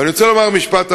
ואני רוצה לומר משפט אחרון: